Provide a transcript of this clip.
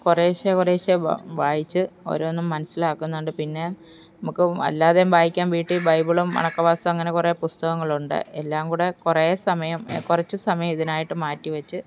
കുറേശ്ശെ കുറേശ്ശെ വായിച്ച് ഓരോന്നും മനസിലാക്കുന്നുണ്ട് പിന്നെ നമുക്കും അല്ലാതെയും വായിക്കാൻ വീട്ടിൽ ബൈബിളും അങ്ങനെ കുറേ പുസ്തകങ്ങളുണ്ട് എല്ലാം കൂടെ കുറേ സമയം കുറച്ചു സമയം ഇതിനായിട്ട് മാറ്റിവെച്ച്